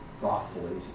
thoughtfully